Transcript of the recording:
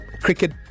cricket